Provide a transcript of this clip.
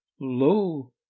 lo